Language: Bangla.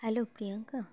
হ্যালো প্রিয়ঙ্কা